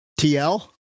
TL